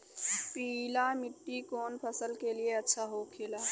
पीला मिट्टी कोने फसल के लिए अच्छा होखे ला?